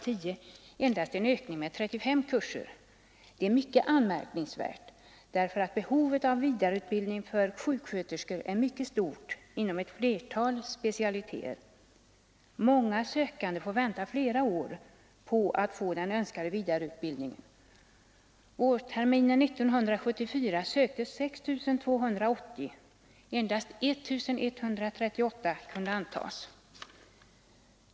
10 en ökning med endast 35 kurser. Det är mycket anmärkningsvärt, eftersom behovet av vidareutbildning för sjuksköterskor är mycket stort inom ett flertal specialiteter. Många sökande får vänta flera år på att få den önskade vidareutbildningen. Vårterminen 1974 sökte 6 280 — endast 1 138 kunde antas.